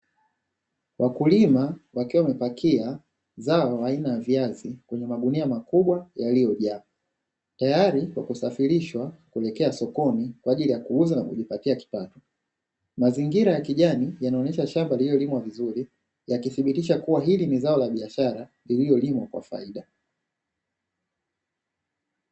Wakulima wakiwa wamepakia zao aina ya viazi kwenye magunia makubwa yaliyojaa, tayari kwa kusafirishwa kuelekea sokoni kwa ajili ya kuuza na kujipatia kipato; mazingira ya kijani yanaonyesha shamba lililolimwa vizuri yakithibitisha kuwa hili ni zao la biashara lililolimwa kwa faida.